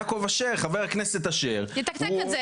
יעקב אשר, חבר הכנסת אשר -- יתקתק את זה.